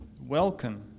welcome